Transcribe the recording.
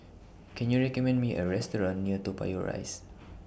Can YOU recommend Me A Restaurant near Toa Payoh Rise